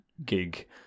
Gig